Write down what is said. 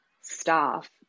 staff